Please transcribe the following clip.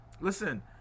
listen